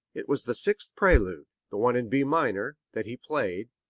it was the sixth prelude, the one in b minor, that he played,